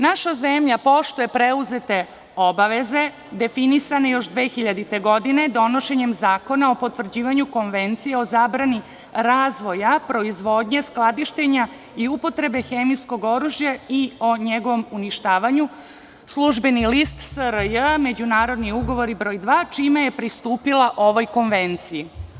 Naša zemlja poštuje preuzete obaveze, definisane još 2000. godine donošenjem Zakona o potvrđivanju Konvencije o zabrani razvoja, proizvodnje, skladištenja i upotrebe hemijskog oružja i o njegovom uništavanju „Službeni list SRJ“, međunarodni ugovori broj 2, čime je pristupila ovoj konvenciji.